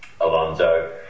Alonso